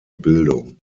bildung